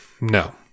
No